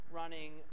running